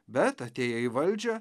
bet atėję į valdžią